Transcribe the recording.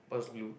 oh it was blue